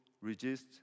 resist